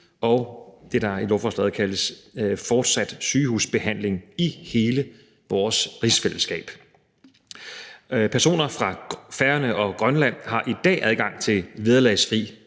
og det, der er i lovforslaget kaldes fortsat sygehusbehandling, i hele vores rigsfællesskab. Personer fra Færøerne og Grønland har i dag adgang til vederlagsfri